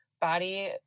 body